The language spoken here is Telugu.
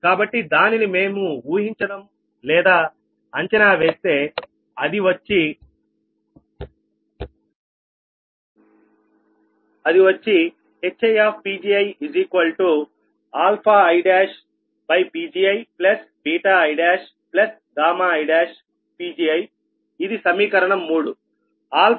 కాబట్టి దానిని మేము ఊహించడం లేదా అంచనా వేస్తే అది వచ్చి HiPgiiPgiiiPgiఇది సమీకరణం 3